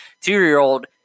two-year-old